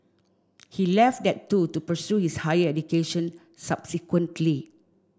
he left that too to pursue his higher education subsequently